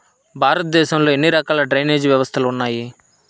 భారతదేశంలో ఎన్ని రకాల డ్రైనేజ్ వ్యవస్థలు ఉన్నాయి?